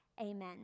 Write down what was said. Amen